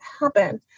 happen